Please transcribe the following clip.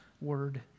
word